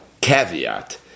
caveat